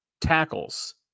tackles